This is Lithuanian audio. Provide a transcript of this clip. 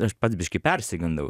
aš pats biškį persigandau